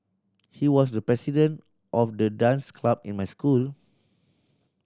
he was the president of the dance club in my school